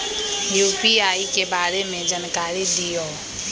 UPI के बारे में जानकारी दियौ?